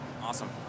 Awesome